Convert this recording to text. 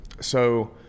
So-